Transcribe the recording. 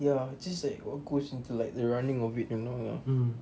ya just like one question like the running of it you know lah